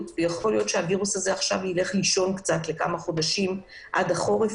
והווירוס יישן עכשיו למשך כמה חודשים עד החורף,